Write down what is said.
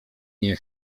nie